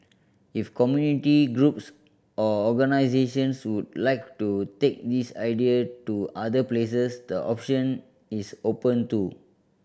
if community groups or organisations would like to take this idea to other places the option is open too